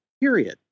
period